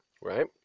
right